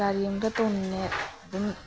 ꯒꯥꯔꯤ ꯑꯃꯇ ꯇꯣꯡꯅꯤꯡꯉꯦ ꯑꯗꯨꯝ